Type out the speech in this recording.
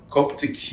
Coptic